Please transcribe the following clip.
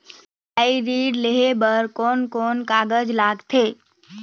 पढ़ाई ऋण लेहे बार कोन कोन कागज लगथे?